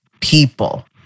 people